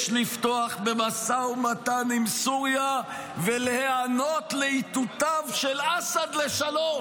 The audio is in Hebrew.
"יש לפתוח במשא ומתן עם סוריה ולהיענות לאיתותיו של אסד לשלום"